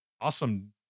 awesome